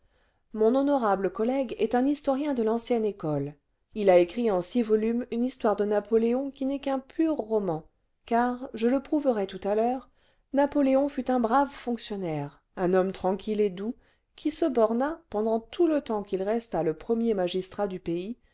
mou honorable collègue est un historien de l'ancienne école il a écrit en six volumes une histoire de napoléon qui n'est qu'un pur roman car je le prouverai tout à l'heure napoléon fut un brave fonctionnaire un homme tranquille et doux qui se borna pendant tout le temps qu'il resta le premier magistrat du pays